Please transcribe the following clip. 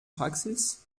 praxis